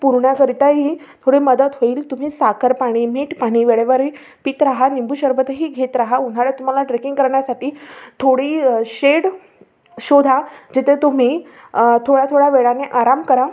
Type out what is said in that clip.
पुरण्याकरिताही थोडी मदत होईल तुम्ही साखर पाणी मीठ पाणी वेळेवारी पीत राहा निंबू सरबतही घेत राहा उन्हाळ्यात तुम्हाला ट्रेकिंग करण्यासाठी थोडी शेड शोधा जिथे तुम्ही थोड्या थोड्या वेळाने आराम करा